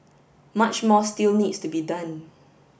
much more still needs to be done